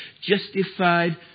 Justified